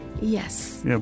Yes